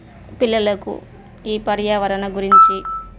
పిల్లలకు ఈ పర్యావరణ గురించి